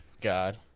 God